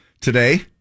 today